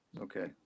Okay